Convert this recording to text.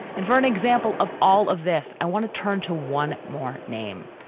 and for an example of all of this, i want to turn to one more name.